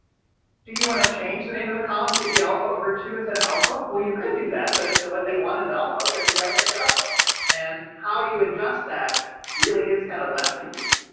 do you want to change the name of the column to be alpha over to instead of alpha. well, you can do that. but if the what they want is alpha, and you got to make an alpha and how you adjust that really is kind of left to you.